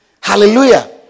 Hallelujah